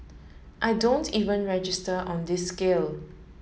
I don't even register on this scale